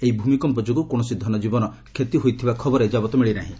ଏହି ଭୂମିକମ୍ପ ଯୋଗୁଁ କୌଣସି ଧନଜୀବନ କ୍ଷତି ହୋଇ ନ ଥିବା ଖବର ଏଯାବତ୍ ମିଳିନାହିଁ